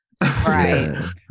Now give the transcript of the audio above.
Right